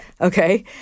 Okay